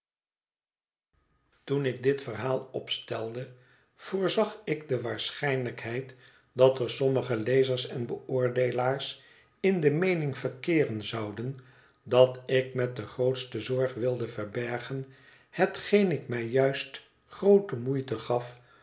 toen ik dit verhaal opstelde voorzag ik de waarschijnlijkheid dat er sommige lezers en beoordeelaars in de meening verkeeren zouden dat ik met de grootste zorg wilde verbergen hetgeen ik mij juist groote moeite gaf